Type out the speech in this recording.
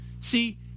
See